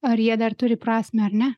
ar jie dar turi prasmę ar ne